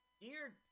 Dear